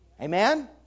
Amen